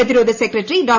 പ്രതിരോധ സെക്രട്ടറിഡോ